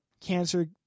cancer